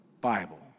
Bible